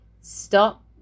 stop